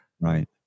Right